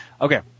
Okay